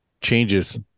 changes